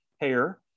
hair